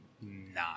nine